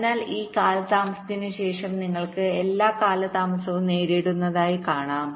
അതിനാൽ ഈ കാലതാമസത്തിനുശേഷം നിങ്ങൾക്ക് എല്ലാം കാലതാമസം നേരിടുന്നതായി കാണാം